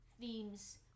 themes